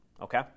okay